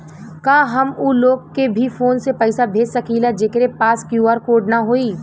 का हम ऊ लोग के भी फोन से पैसा भेज सकीला जेकरे पास क्यू.आर कोड न होई?